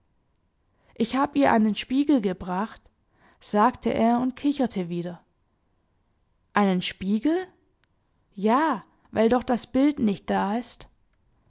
ich hab ihr einen spiegel gebracht sagte er und kicherte wieder einen spiegel ja weil doch das bild nicht da ist